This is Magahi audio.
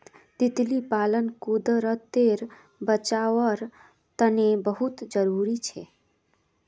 तितली पालन कुदरतेर बचाओर तने बहुत ज़रूरी छे